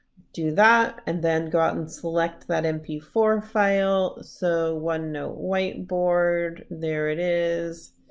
do that and then go out and select that m p four file so one note whiteboard there it is.